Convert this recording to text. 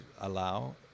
allow